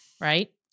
right